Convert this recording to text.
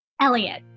Elliot